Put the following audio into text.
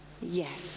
Yes